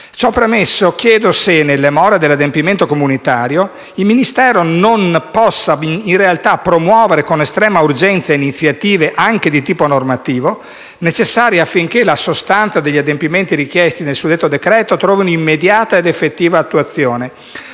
Ciò premesso, chiedo che se, nelle more dell'adempimento comunitario, il Ministero non possa in realtà promuovere con estrema urgenza iniziative, anche di tipo normativo, necessarie affinché la sostanza degli adempimenti richiesti nel suddetto decreto trovi immediata ed effettiva attuazione,